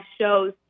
shows